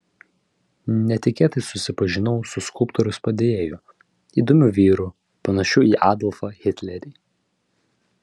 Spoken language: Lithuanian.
netikėtai susipažinau su skulptoriaus padėjėju įdomiu vyru panašiu į adolfą hitlerį